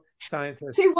scientists